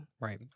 Right